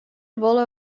wolle